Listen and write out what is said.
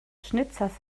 schnitzers